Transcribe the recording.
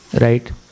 right